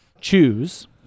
choose